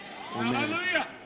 Hallelujah